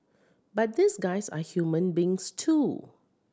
but these guys are human beings too